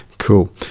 Cool